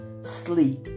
sleep